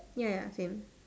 ya ya same